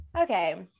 Okay